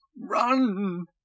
Run